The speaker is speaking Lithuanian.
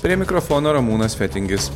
prie mikrofono ramūnas fetingis